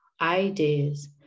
ideas